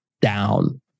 down